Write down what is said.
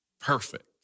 Perfect